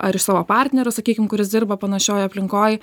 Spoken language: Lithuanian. ar iš savo partnerio sakykim kuris dirba panašioj aplinkoj